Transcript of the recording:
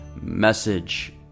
message